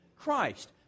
christ